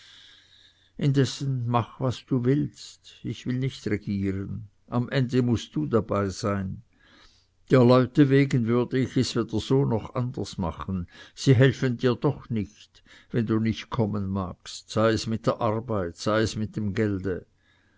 mach was du willst ich will nicht regieren am ende mußt du dabei sein der leute wegen würde ich es weder so noch anders machen sie helfen dir doch nicht wenn du nicht kommen magst sei es mit der arbeit sei es mit dem gelde